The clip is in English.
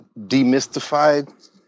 demystified